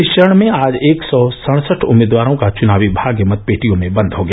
इस चरण में आज एक सौ सड़सठ उम्मीदवारों का चुनावी भाग्य मतपेटियों में बन्द हो गया